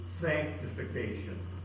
sanctification